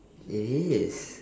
it is